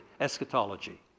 eschatology